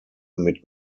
mit